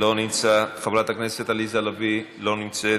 לא נמצא, חברת הכנסת עליזה לביא, לא נמצאת.